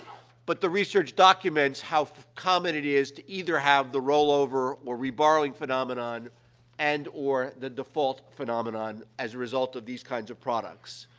but the research documents how common it is to either have the rollover or reborrowing phenomenon and or the default phenomenon as a result of these kinds of products.